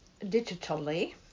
digitally